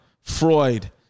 Freud